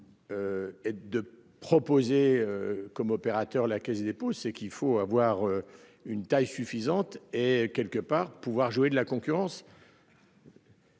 Et de proposer comme opérateur. La Caisse des dépôts, c'est qu'il faut avoir. Une taille suffisante et quelque part de pouvoir jouer de la concurrence.